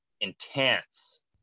intense